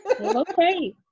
Okay